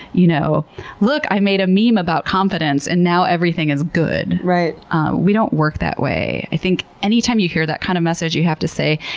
you know look, i made a meme about confidence and now everything is good. we don't work that way. i think any time you hear that kind of message, you have to say,